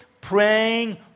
praying